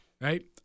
Right